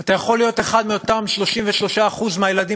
אתה יכול להיות אחד מאותם 33% מהילדים